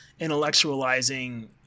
intellectualizing